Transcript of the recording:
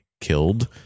killed